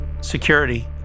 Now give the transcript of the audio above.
security